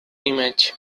image